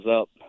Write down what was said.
up